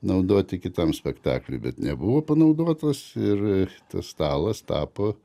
naudoti kitam spektakliui bet nebuvo panaudotas ir tas stalas tapo